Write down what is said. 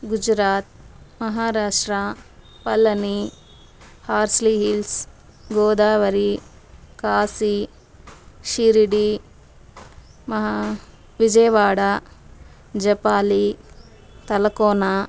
Gujarat Maharashtra Palani Horsley Hills Godavari Kashi Shirdi మహా విజయవాడ జపాలి తలకోన